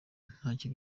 ntacyo